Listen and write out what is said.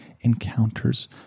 encounters